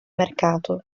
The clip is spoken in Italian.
mercato